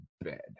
bed